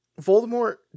Voldemort